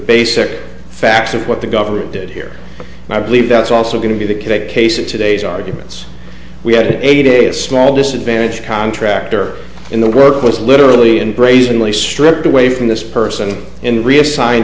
basic facts of what the government did here and i believe that's also going to be the case at today's arguments we had a a small disadvantage contractor in the work was literally and brazenly stripped away from this person in reassign